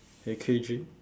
A_K_G